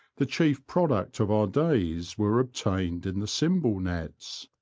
the chief product of our days were obtained in the cymbal nets.